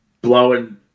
blowing